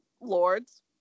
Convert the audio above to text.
lords